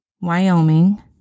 Wyoming